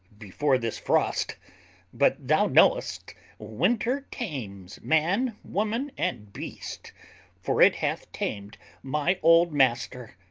before this frost but thou knowest winter tames man, woman, and beast for it hath tamed my old master,